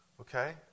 Okay